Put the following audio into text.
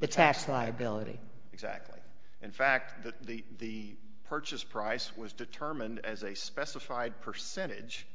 the tax liability exactly in fact that the purchase price was determined as a specified percentage